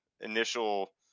initial